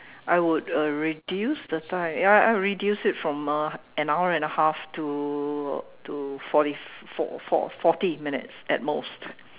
I would uh reduce the time ya I would reduce it from uh an hour and a half to to forty for~ for~ forty minutes at most